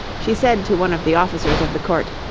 she said to one of the officers of the court,